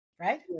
right